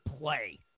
play